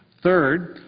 third,